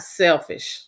selfish